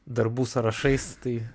darbų sąrašais tai